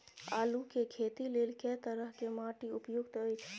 आलू के खेती लेल के तरह के माटी उपयुक्त अछि?